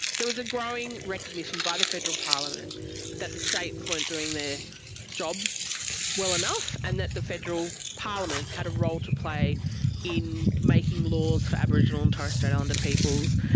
there was a growing recognition by the federal parliament that the states weren't doing their job well enough and that the federal parliament had a role to play in making laws for aboriginal and torres strait islander peoples.